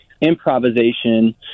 improvisation